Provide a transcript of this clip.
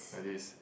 like this